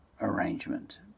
arrangement